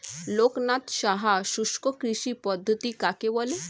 লোকনাথ সাহা শুষ্ককৃষি পদ্ধতি কাকে বলে?